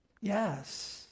Yes